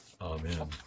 Amen